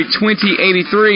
2083